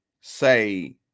say